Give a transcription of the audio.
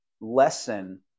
lesson